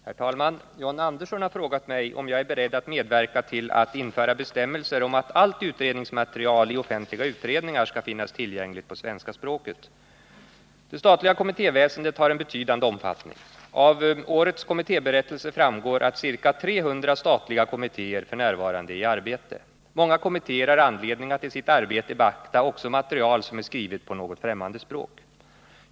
Herr talman! John Andersson har frågat mig om jag är beredd att medverka till att införa bestämmelser om att allt utredningsmaterial i offentliga utredningar skall finnas tillgängligt på svenska språket. Det statliga kommittéväsendet har en betydande omfattning. Av årets kommittéberättelse framgår att ca 300 statliga kommittéer f. n. är i arbete. Många kommittéer har anledning att i sitt arbete beakta också material som är skrivet på något främmande språk.